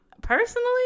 personally